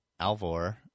Alvor